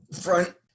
front